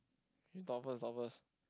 you talk first talk first